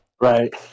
Right